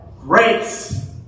grace